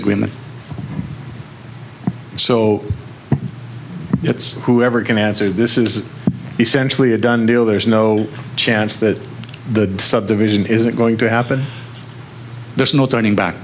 agreement so it's whoever can add to this is essentially a done deal there's no chance that the subdivision isn't going to happen there's no turning back